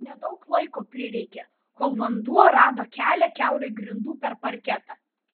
nedaug laiko prireikė kol vanduo rado kelią kiaurai grindų per parketą